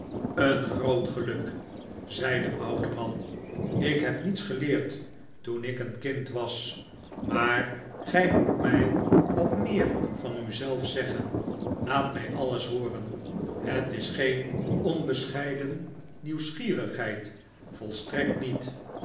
een groot geluk zei de oude man ik heb niets geleerd toen ik een kind was maar gij moest mij wat meer van u zelf zeggen laat mij alles hooren het is geen onbescheiden nieuwsgierigheid volstrekt niet